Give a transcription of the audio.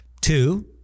Two